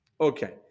okay